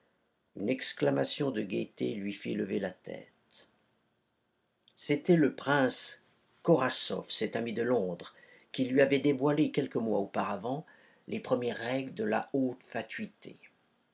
une exclamation de gaieté lui fit lever la tête c'était le prince korasoff cet ami de londres qui lui avait dévoilé quelques mois auparavant les premières règles de la haute fatuité